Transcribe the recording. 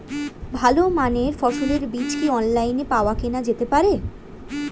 ভালো মানের ফসলের বীজ কি অনলাইনে পাওয়া কেনা যেতে পারে?